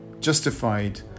justified